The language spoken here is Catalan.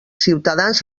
ciutadans